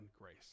grace